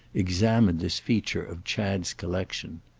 examined this feature of chad's collection.